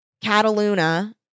Cataluna